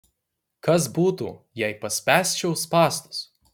kas būtų jei paspęsčiau spąstus